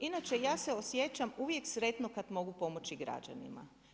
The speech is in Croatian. Inače, ja se osjećam uvijek sretno kad mogu pomoći građanima.